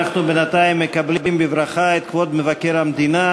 אנחנו בינתיים מקבלים בברכה את כבוד מבקר המדינה